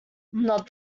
not